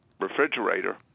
refrigerator